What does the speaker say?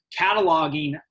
cataloging